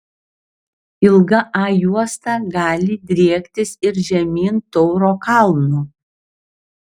ilga a juosta gali driektis ir žemyn tauro kalnu